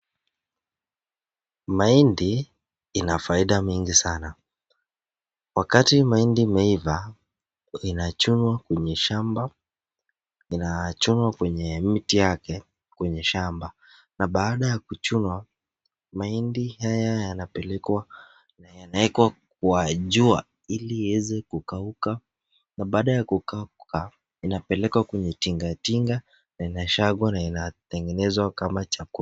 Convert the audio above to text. Mahindi ina faida mingi sana. Wakati mahidi imeivaa inachunwa kwenye shamba inachunwa kwenye miti yake kwenye shamba na baada ya kuchunwa mahindi haya yanapelekwa na yanawekwa kwa jua ili yaweze kukauka na baada ya kukauka inapelekwa kwenye tingatinga inasiagwa na inatengenezwa kama chakula.